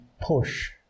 push